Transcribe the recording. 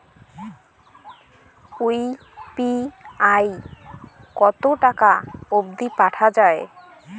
UPI কতো টাকা অব্দি পাঠা যায়?